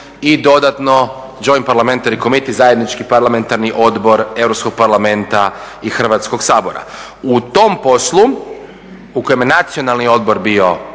i dodatno … /Govornik se ne razumije./… zajednički parlamentarni odbor Europskog parlamenta i Hrvatskog sabora. U tom poslu u kojem je nacionalni odbor bio